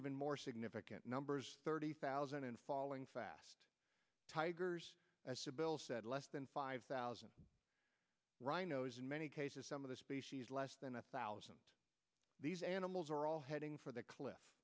even more significant numbers thirty thousand and falling fast tigers less than five thousand rhinos in many cases some of the species less than a thousand these animals are all heading for the cliff